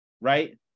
right